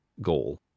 goal